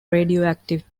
radioactive